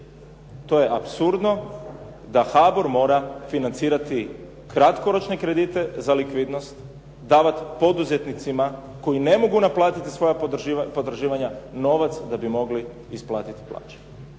To je apsurdno da HBOR mora financirati kratkoročne kredite za likvidnost, davati poduzetnicima koja ne mogu naplatiti svoja potraživanja novac da bi mogli isplatiti plaće.